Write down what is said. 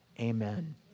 Amen